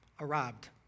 arrived